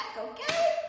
okay